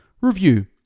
Review